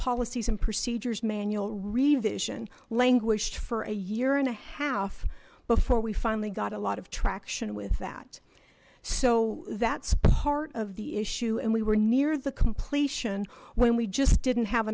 policies and procedures manual revision languished for a year and a half before we finally got a lot of traction with that so that's part of the issue and we were near the completion when we just didn't have